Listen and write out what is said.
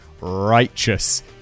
righteous